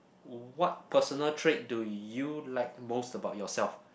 what personal trait do you like most about yourself